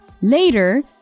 Later